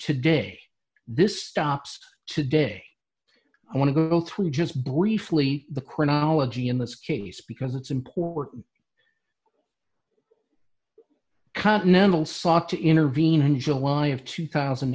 today this stops today i want to go through just briefly the chronology in this case because it's important continental sought to intervene in july of two thousand